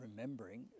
remembering